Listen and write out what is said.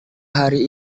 hari